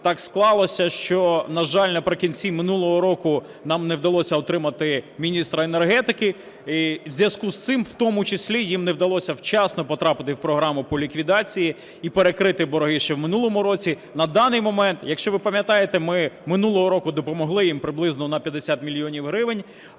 Так склалося, що, на жаль, наприкінці минулого року нам не вдалося отримати міністра енергетики, у зв'язку з цим в тому числі їм не вдалося вчасно потрапити в програму по ліквідації і перекрити борги ще в минулому році. На даний момент, якщо ви пам'ятаєте, ми минулого року допомогли їм приблизно на 50 мільйонів гривень,